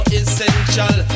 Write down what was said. essential